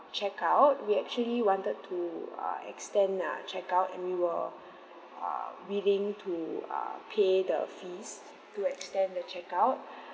check out we actually wanted to uh extend ah check out and we were um willing to uh pay the fees to extend the check out